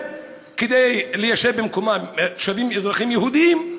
כדי ליישב במקומם תושבים אזרחים יהודים.